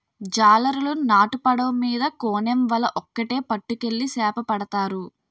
జాలరులు నాటు పడవ మీద కోనేమ్ వల ఒక్కేటి పట్టుకెళ్లి సేపపడతారు